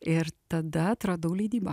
ir tada atradau leidybą